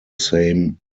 same